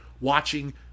watching